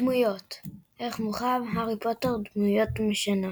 דמויות ערך מורחב – הארי פוטר – דמויות משנה